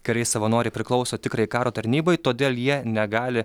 kariai savanoriai priklauso tikrajai karo tarnybai todėl jie negali